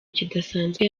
kidasanzwe